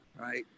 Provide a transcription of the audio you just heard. right